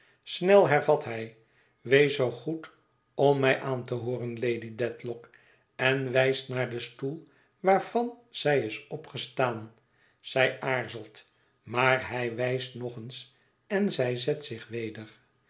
snel hervat hij wees zoo goed om mij aan te hooren lady dedlock en wijst naar den stoei waarvan zij is opgestaan zij aarzelt maar hij wijst nog eens en zij zet zich weder